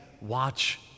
watch